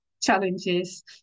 challenges